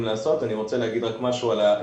לעשות ואני רוצה לומר על העיקרון,